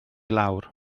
lawr